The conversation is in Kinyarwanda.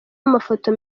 amafoto